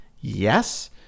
Yes